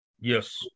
Yes